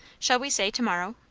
shall we say to-morrow?